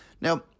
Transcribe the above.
Now